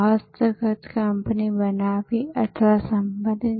ગ્રાહકના નામની પણ જરૂર નથી અને કોડિંગ પધ્ધતિ તમામ સાક્ષરતા સ્તરના લોકો માટે યોગ્ય છે